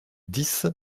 dix